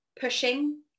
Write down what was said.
pushing